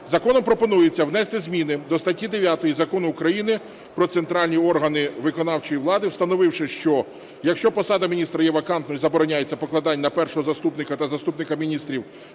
Законом пропонується внести зміни до статті 9 Закону України "Про центральні органи виконавчої влади", встановивши, що: якщо посада міністра є вакантною, забороняється покладення на першого заступника та заступників міністра